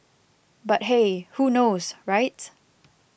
but hey who knows right